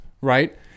right